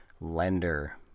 Lender